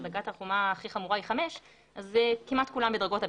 דרגת החומרה הכי חמורה היא 5 אז כמעט כולם בדרגות הביניים,